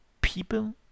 people